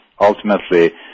ultimately